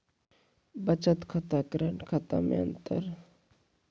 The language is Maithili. बचत खाता करेंट खाता मे अंतर?